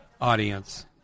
audience